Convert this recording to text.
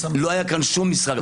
לא היה כאן שום משחק,